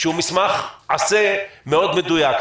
שהוא מסמך עשה מאוד מדויק.